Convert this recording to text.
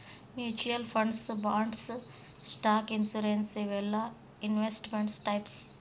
mutual funds bonds stock insurance ಇವೆಲ್ಲಾ investment types